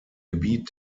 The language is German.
gebiet